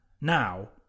Now